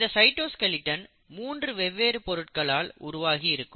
இந்த சைட்டோஸ்கெலட்டன் மூன்று வெவ்வேறு பொருட்களால் உருவாகியிருக்கும்